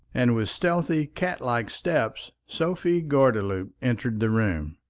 and with stealthy, cat-like steps sophie gordeloup entered the room.